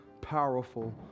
powerful